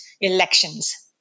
elections